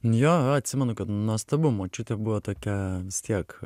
jo jo atsimenu kad nuostabu močiutė buvo tokia tiek